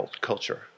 culture